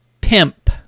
pimp